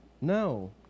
No